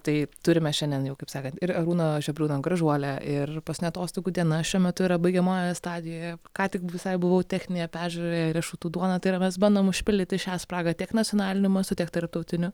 tai turime šiandien jau kaip sakant ir arūno žebriūno gražuolę ir paskutinė atostogų diena šiuo metu yra baigiamojoje stadijoje ką tik visai buvau techninėje peržiūroje riešutų duona tai yra mes bandom užpildyti šią spragą tiek nacionaliniu mastu tiek tarptautiniu